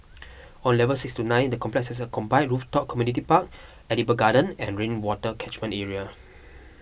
on levels six to nine the complex has a combined rooftop community park edible garden and rainwater catchment area